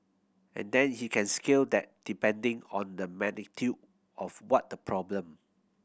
and then he can scale that depending on the of what the problem